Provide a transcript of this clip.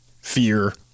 Fear